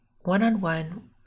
one-on-one